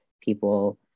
people